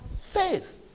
faith